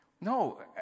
No